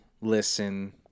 listen